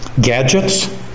gadgets